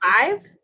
five